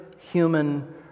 human